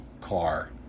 car